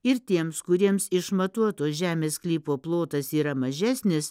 ir tiems kuriems išmatuoto žemės sklypo plotas yra mažesnis